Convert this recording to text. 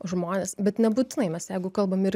žmones bet nebūtinai mes jeigu kalbam ir